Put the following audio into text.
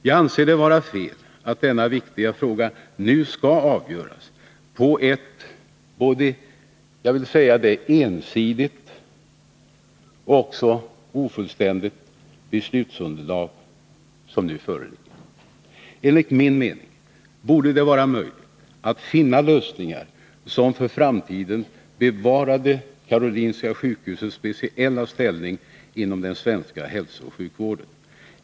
Jag anser det vara fel att denna viktiga fråga nu skall avgöras på det både ensidiga och ofullständiga beslutsunderlag som nu föreligger. Enligt min mening borde det vara möjligt att finna lösningar som för framtiden bevarade Karolinska sjukhusets speciella ställning inom den svenska hälsooch sjukvården.